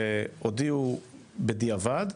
הודיעו בדיעבד,